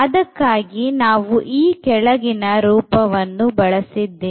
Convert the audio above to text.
ಅದಕ್ಕಾಗಿ ನಾವು ಈ ಕೆಳಗಿನ ರೂಪವನ್ನು ಬಳಸಿದ್ದೇವೆ